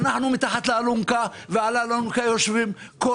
אנחנו מתחת לאלונקה ועל האלונקה יושבים כל